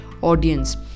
audience